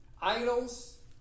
Idols